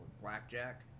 Blackjack